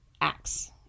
acts